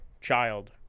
child